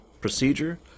procedure